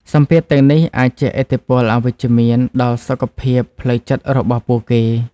សម្ពាធទាំងនេះអាចជះឥទ្ធិពលអវិជ្ជមានដល់សុខភាពផ្លូវចិត្តរបស់ពួកគេ។